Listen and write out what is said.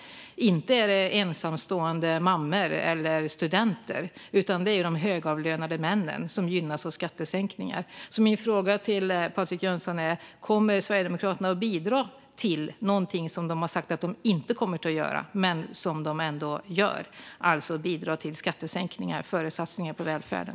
Det är inte ensamstående mammor eller studenter. Det är de högavlönade männen som gynnas av skattesänkningar. Min fråga till Patrik Jönsson är: Kommer Sverigedemokraterna att bidra till någonting som de har sagt att de inte kommer att göra, men som de ändå gör? Alltså att bidra till skattesänkningar före satsningar på välfärden.